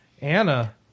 Anna